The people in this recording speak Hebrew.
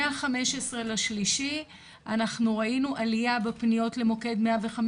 מה- 15.3 אנחנו ראינו עלייה בפניות למוקד 105,